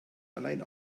allein